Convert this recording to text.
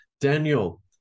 Daniel